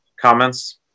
comments